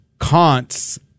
Kant's